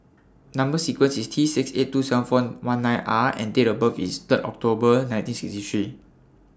Number sequence IS T six eight two seven four one nine R and Date of birth IS Third October nineteen sixty three